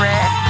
Red